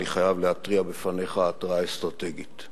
אני חייב להתריע בפניך התרעה אסטרטגית.